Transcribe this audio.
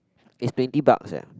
is twenty bucks eh